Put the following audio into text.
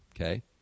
okay